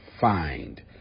find